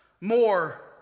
more